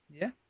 yes